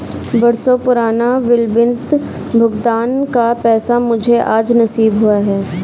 बरसों पुराना विलंबित भुगतान का पैसा मुझे आज नसीब हुआ है